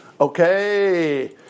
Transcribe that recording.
Okay